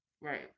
Right